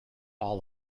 all